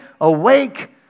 awake